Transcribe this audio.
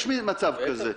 יש מצב כזה.